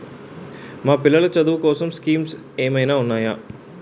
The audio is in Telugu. మా పిల్లలు చదువు కోసం స్కీమ్స్ ఏమైనా ఉన్నాయా?